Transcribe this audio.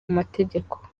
amategeko